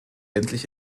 endlich